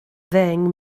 ddeng